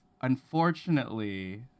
unfortunately